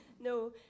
No